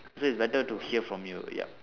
so it's better to hear from you yup